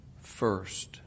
first